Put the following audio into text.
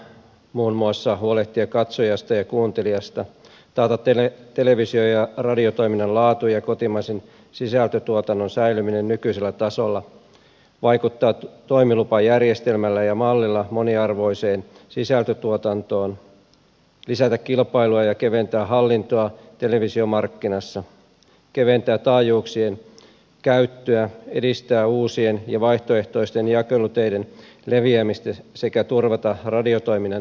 muun muassa huolehtia katsojasta ja kuuntelijasta taata televisio ja radiotoiminnan laatu ja kotimaisen sisältötuotannon säilyminen nykyisellä tasolla vaikuttaa toimilupajärjestelmällä ja mallilla moniarvoiseen sisältötuotantoon lisätä kilpailua ja keventää hallintoa televisiomarkkinassa keventää taajuuksien käyttöä edistää uusien ja vaihtoehtoisten jakeluteiden leviämistä sekä turvata radiotoiminnan edellytykset